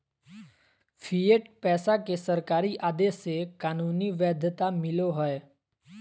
fiat पैसा के सरकारी आदेश से कानूनी वैध्यता मिलो हय